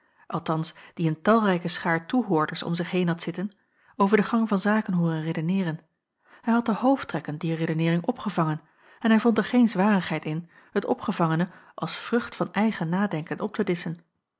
althans die een talrijke schaar toehoorders om zich heen had zitten over den gang van zaken hooren redeneeren hij had de hoofdtrekken dier redeneering opgevangen en hij vond er geen zwarigheid in het opgevangene als vrucht van eigen nadenken op te